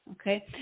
Okay